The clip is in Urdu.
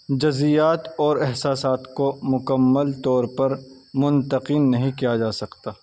جزئیات اور احساسات کو مکمل طور پر منتقم نہیں کیا جا سکتا